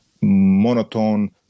monotone